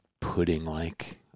pudding-like